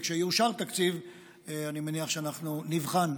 וכשיאושר תקציב אני מניח שאנחנו נבחן,